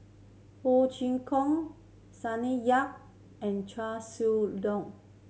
Ho Chee Kong Sonny Yap and Chia